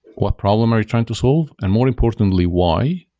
what problem are you trying to solve and more importantly, why,